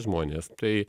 žmonės tai